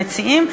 המציעים,